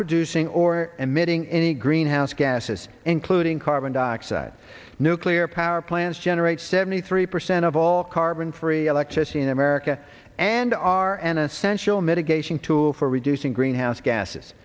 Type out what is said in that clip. producing or admitting any greenhouse gases including carbon dioxide nuclear power plants generate seventy three percent of all carbon free electricity in america and are an essential mitigation tool for reducing greenhouse gases